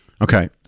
Okay